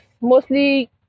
mostly